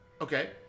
Okay